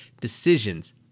decisions